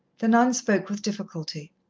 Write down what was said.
the nun spoke with difficulty.